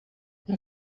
how